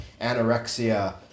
anorexia